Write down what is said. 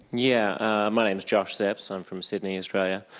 yeah my name is josh steps i'm from sydney, australia.